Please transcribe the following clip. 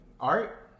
Art